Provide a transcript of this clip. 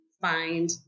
find